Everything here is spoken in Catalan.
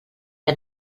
que